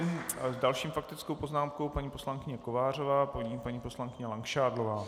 S další faktickou poznámkou paní poslankyně Kovářová, po ní paní poslankyně Langšádlová.